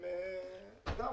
גם,